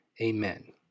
Amen